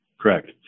Correct